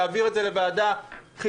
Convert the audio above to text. להעביר את זה לוועדה חיצונית,